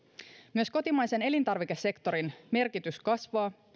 myös kotimaisen elintarvikesektorin merkitys kasvaa